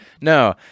No